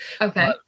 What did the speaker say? Okay